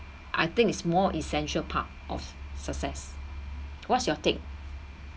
I think is more essential part of success what's your take